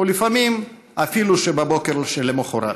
ולפעמים אפילו בבוקר שלמוחרת.